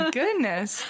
goodness